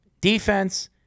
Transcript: defense